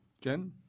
Jen